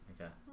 Okay